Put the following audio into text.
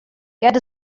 get